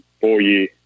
four-year